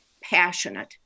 passionate